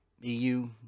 EU